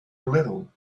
little